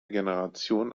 generation